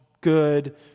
good